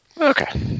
Okay